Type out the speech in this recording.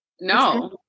No